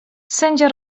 sędzia